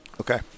Okay